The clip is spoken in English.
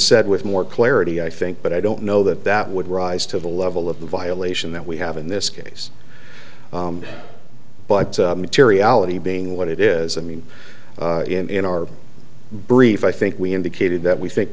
said with more clarity i think but i don't know that that would rise to the level of the violation that we have in this case but materiality being what it is i mean in our brief i think we indicated that we think